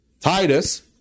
Titus